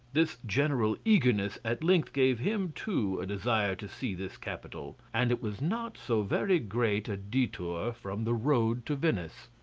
this general eagerness at length gave him, too, a desire to see this capital and it was not so very great a detour from the road to venice.